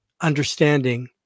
understanding